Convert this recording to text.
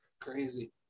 Crazy